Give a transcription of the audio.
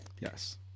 Yes